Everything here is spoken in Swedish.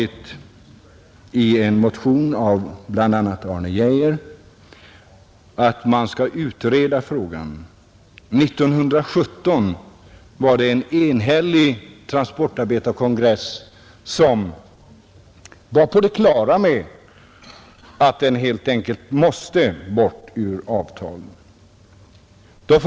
I en motion av bl.a. Arne Geijer har föreslagits att frågan skall utredas. 1917 var en enhällig transportarbetarkongress på det klara med att denna paragraf helt enkelt måste bort ur avtalen.